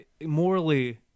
morally